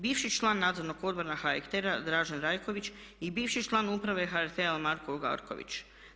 Bivši član Nadzornog odbora HRT-a Dražen Rajković i bivši član Uprave HRT-a Marko Ugarković.